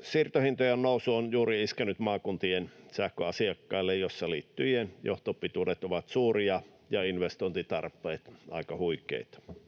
siirtohintojen nousu on iskenyt juuri maakuntien sähköasiakkaisiin, joilla liittymien johtopituudet ovat suuria ja investointitarpeet aika huikeita.